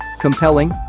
Compelling